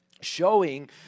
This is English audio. showing